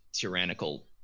tyrannical